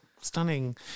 stunning